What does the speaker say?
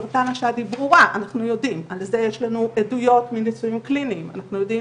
ולכן אי אפשר יהיה להתייחס לכל סרטני השד כאילו הם אחד וכמו שנאמר כבר,